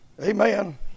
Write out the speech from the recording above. Amen